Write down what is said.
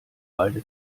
beide